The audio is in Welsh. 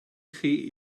chi